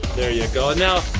there you go. now,